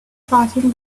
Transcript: crossing